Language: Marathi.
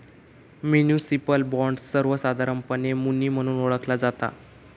म्युनिसिपल बॉण्ड, सर्वोसधारणपणे मुनी म्हणून ओळखला जाता